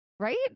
Right